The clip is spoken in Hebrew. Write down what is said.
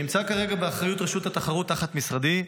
שנמצא כרגע באחריות רשות התחרות תחת משרדי,